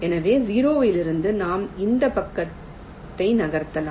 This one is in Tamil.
எனவே 0 இலிருந்து நாம் இந்த பக்கத்தை நகர்த்தலாம்